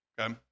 okay